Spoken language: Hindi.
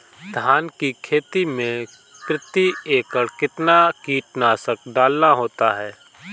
धान की खेती में प्रति एकड़ कितना कीटनाशक डालना होता है?